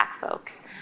folks